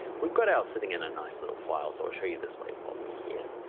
we've got ours sitting in a nice little file. so i'll show you this way while we're here.